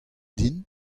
din